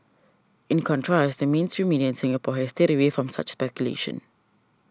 in contrast the mainstream media in Singapore has stayed away from such speculation